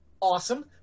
awesome